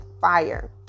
fire